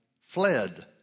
fled